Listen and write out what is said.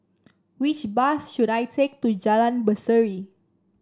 which bus should I take to Jalan Berseri